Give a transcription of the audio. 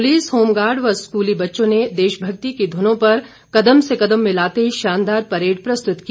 police home guard व स्कूली बच्चों ने देशभक्ति की धुनों पर कदम से कदम मिलाते शानदार परेड प्रस्तुत की